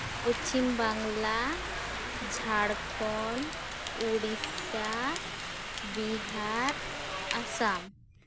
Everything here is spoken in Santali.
ᱯᱚᱪᱷᱤᱢ ᱵᱟᱝᱞᱟ ᱡᱷᱟᱲᱠᱷᱚᱸᱰ ᱩᱲᱤᱥᱥᱟ ᱵᱤᱦᱟᱨ ᱟᱥᱟᱢ